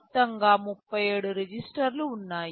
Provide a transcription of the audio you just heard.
మొత్తంగా 37 రిజిస్టర్లు ఉన్నాయి